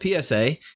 PSA